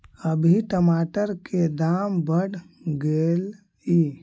अभी टमाटर के दाम बढ़ गेलइ